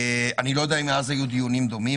אני לא יודע אם מאז היו דיונים דומים,